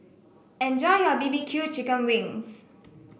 enjoy your B B Q Chicken Wings